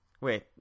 Wait